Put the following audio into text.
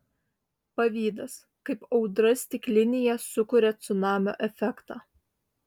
pavydas kaip audra stiklinėje sukuria cunamio efektą